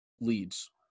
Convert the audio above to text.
leads